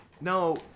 no